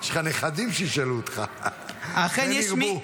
יש לך נכדים שישאלו אותך, כן ירבו.